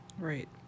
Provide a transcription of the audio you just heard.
Right